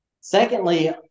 Secondly